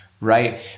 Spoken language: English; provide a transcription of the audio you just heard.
right